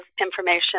information